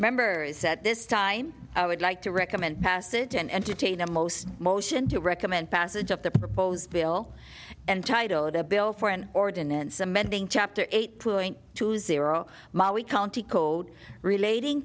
members at this time i would like to recommend passage and entertain a most motion to recommend passage of the proposed bill and titled a bill for an ordinance amending chapter eight point two zero ma we county code relating